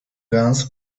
guns